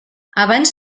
abans